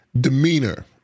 demeanor